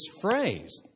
phrase